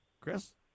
Chris